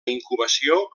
incubació